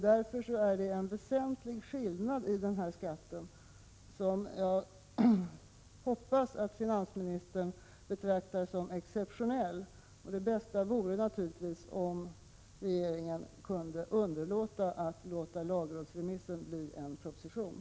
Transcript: Det är en väsentlig skillnad som jag hoppas att finansministern betraktar som exceptionell i fråga om denna skatt. Det bästa vore naturligtvis om regeringen kunde underlåta att låta lagrådsremissen leda till en proposition.